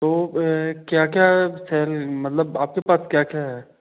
तो क्या क्या मतलब आपके पास क्या क्या है